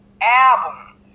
Album